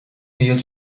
níl